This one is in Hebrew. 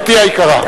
גברתי היקרה.